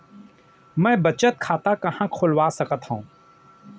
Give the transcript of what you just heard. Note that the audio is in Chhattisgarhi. मै बचत खाता कहाँ खोलवा सकत हव?